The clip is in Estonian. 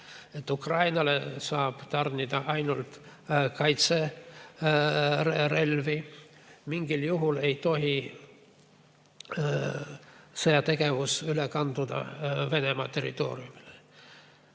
ja Ukrainale saab tarnida ainult kaitserelvi. Mingil juhul ei tohi sõjategevus kanduda Venemaa territooriumile.